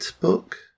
book